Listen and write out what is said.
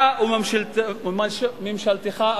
אתה וממשלתך,